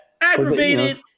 aggravated